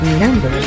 number